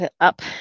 up